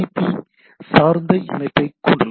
B சார்ந்த இணைப்பைக் கொண்டுள்ளது